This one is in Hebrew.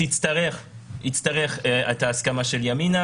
יצטרך את ההסכמה של כל חלקי הקואליציה.